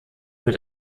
mit